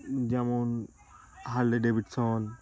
যেমন Harley Davidson